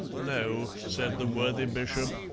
no, said the worthy bishop,